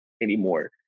anymore